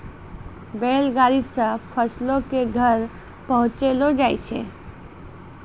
बैल गाड़ी से फसलो के घर पहुँचैलो जाय रहै